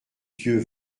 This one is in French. dieu